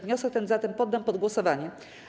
Wniosek ten zatem poddam pod głosowanie.